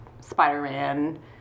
Spider-Man